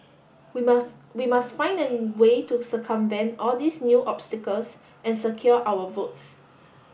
we must we must find an way to circumvent all these new obstacles and secure our votes